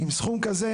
עם סכום כזה,